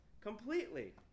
completely